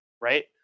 right